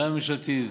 גם הממשלתית